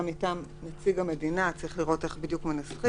מטעם המדינה..." צריך לראות איך מנסחים,